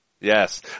Yes